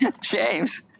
James